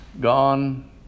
gone